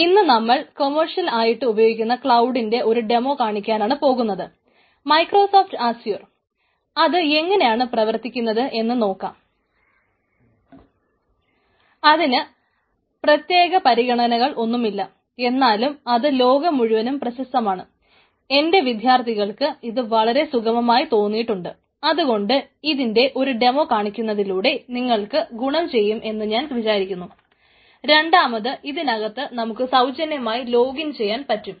ഇന്ന് നമ്മൾ കമേഴ്സ്യൽ ചെയ്യാൻ പറ്റും